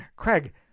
Craig